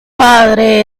padre